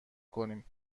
کنیم